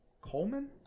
Coleman